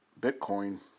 Bitcoin